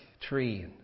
tree